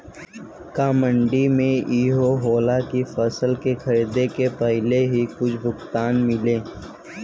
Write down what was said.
का मंडी में इहो होला की फसल के खरीदे के पहिले ही कुछ भुगतान मिले?